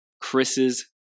Chris's